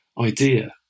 idea